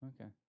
Okay